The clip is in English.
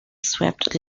swept